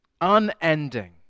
Unending